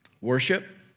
worship